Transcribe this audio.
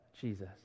Jesus